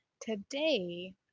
today